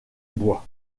bois